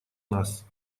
нас